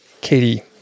katie